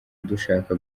dushaka